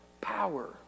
power